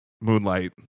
moonlight